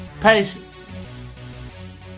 Patience